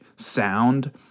sound